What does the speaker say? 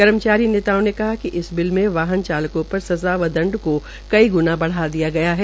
कर्मचारी नेताओं ने कहा कि इस बिल में वाहन चालकों पर सज़ा व दंड को कई ग्रणा बढ़ा दिया गया है